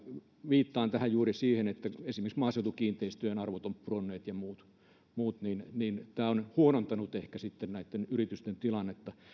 viittaan tässä juuri siihen että kun esimerkiksi maaseutukiinteistöjen arvot ovat pudonneet ja muut muut niin niin tämä on huonontanut ehkä sitten näitten yritysten tilannetta